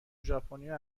ژاپنیا